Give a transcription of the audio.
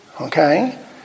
okay